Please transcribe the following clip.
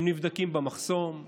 הם נבדקים במחסום.